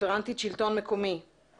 רפרנטית שלטון מקומי,